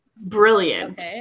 Brilliant